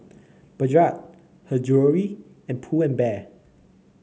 Bajaj Her Jewellery and Pull and Bear